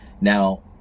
Now